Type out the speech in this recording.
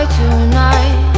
tonight